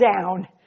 down